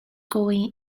going